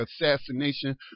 assassination